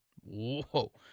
Whoa